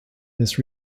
this